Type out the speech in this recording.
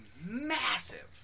massive